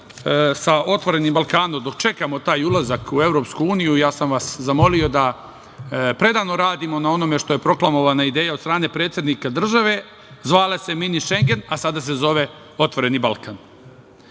sa „Otvorenim Balkanom“, dok čekamo taj ulazak u EU, zamolio sam vas da predano radimo na onome što je proklamovana ideja od strane predsednika država. Zvala se „Mini Šengen“, a sada se zove „Otvoreni Balkan“.